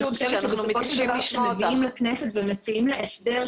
אני חושבת שבסופו של דבר כשמגיעים לכנסת ומציעים הסדר,